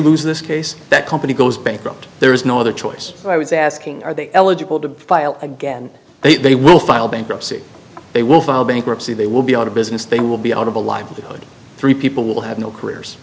lose this case that company goes bankrupt there is no other choice but i was asking are they eligible to file again they will file bankruptcy they will file bankruptcy they will be out of business they will be out of a livelihood three people will have no careers